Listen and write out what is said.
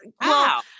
Wow